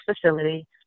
facility